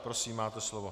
Prosím, máte slovo.